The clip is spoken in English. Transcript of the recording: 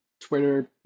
twitter